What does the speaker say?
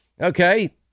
Okay